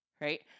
right